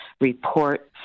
report